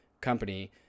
company